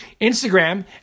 Instagram